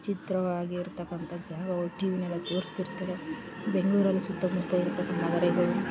ವಿಚಿತ್ರವಾಗಿರ್ತಕ್ಕಂಥ ಜಾಗಗಳು ಟಿ ವಿನಲ್ಲಿ ತೋರಿಸ್ತಿರ್ತಾರೆ ಬೆಂಗ್ಳೂರಲ್ಲಿ ಸುತ್ತಮುತ್ತ ಇರ್ತಕ್ಕಂಥ